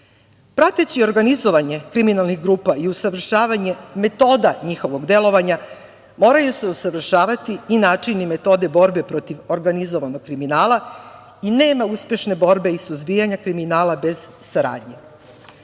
Prateći organizovanje kriminalnih grupa i usavršavanje metoda njihovog delovanja moraju se usavršavati i načini i metode borbe protiv organizovanog kriminala. Nema uspešne borbe i suzbijanja kriminala bez saradnje. Pored